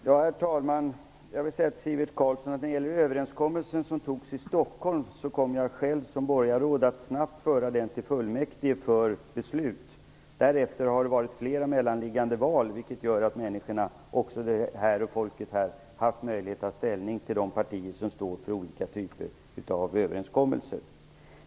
Herr talman! När det gäller överenskommelsen för Stockholm kom jag själv som borgarråd att snabbt föra den till fullmäktige för beslut. Därefter har det varit fler mellanliggande val, vilket gör att människorna haft möjlighet att ta ställning till de partier som står för olika typer av överenskommelser.